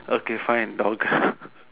okay fine dogle